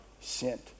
sent